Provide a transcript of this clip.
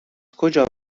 کجا